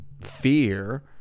fear